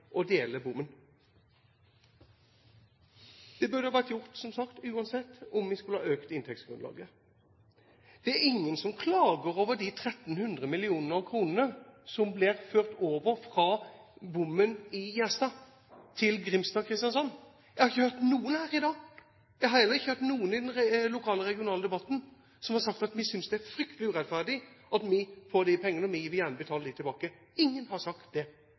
å dele bommen. Det burde, som sagt, ha vært gjort uansett om vi skulle ha økt inntektsgrunnlaget. Det er ingen som klager over de 1300 millioner kronene som blir ført over fra bommen i Gjerstad til Grimstad og Kristiansand. Jeg har ikke hørt noen her i dag! Jeg har heller ikke hørt noen i den lokale/regionale debatten som har sagt at vi synes det er fryktelig urettferdig at vi får de pengene, og vi vil gjerne betale dem tilbake. Ingen har sagt det!